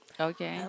Okay